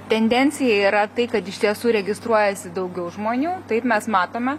tendencija yra tai kad iš tiesų registruojasi daugiau žmonių taip mes matome